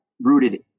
rooted